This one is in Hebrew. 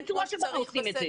לא בצורה שכאן עושים את זה.